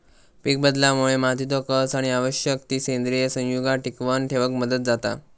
पीकबदलामुळे मातीचो कस आणि आवश्यक ती सेंद्रिय संयुगा टिकवन ठेवक मदत जाता